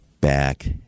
back